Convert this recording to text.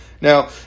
Now